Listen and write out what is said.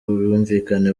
ubwumvikane